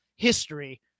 history